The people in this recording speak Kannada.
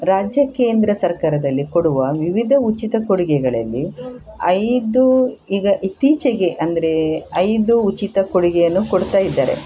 ರಾಜ್ಯ ಕೇಂದ್ರ ಸರ್ಕಾರದಲ್ಲಿ ಕೊಡುವ ವಿವಿಧ ಉಚಿತ ಕೊಡುಗೆಗಳಲ್ಲಿ ಐದು ಈಗ ಇತ್ತೀಚೆಗೆ ಅಂದ್ರೆ ಐದು ಉಚಿತ ಕೊಡುಗೆಯನ್ನು ಕೊಡ್ತಾ ಇದ್ದಾರೆ